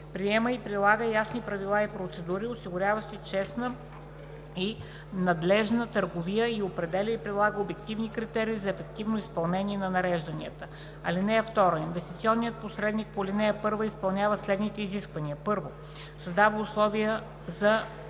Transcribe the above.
приема и прилага ясни правила и процедури, осигуряващи честна и надлежна търговия, и определя и прилага обективни критерии за ефективно изпълнение на нарежданията. (2) Инвестиционният посредник по ал. 1 изпълнява следните изисквания: 1. създава условия за